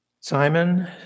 Simon